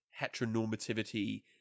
heteronormativity